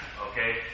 Okay